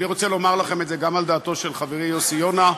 אני רוצה לומר לכם את זה גם על דעתו של חברי יוסי יונה.